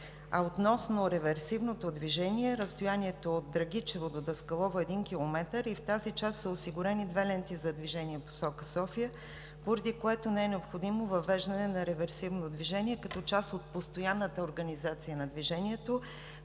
Относно реверсивното движение, разстоянието от Драгичево до Даскалово е 1 км. В тази част са осигурени две ленти за движение в посока София, поради което не е необходимо въвеждане на реверсивно движение като част от постоянната организация на движението.